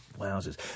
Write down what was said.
Wowzers